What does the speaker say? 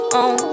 on